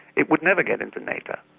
it would never get into nato,